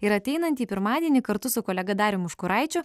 ir ateinantį pirmadienį kartu su kolega darium užkuraičiu